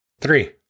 Three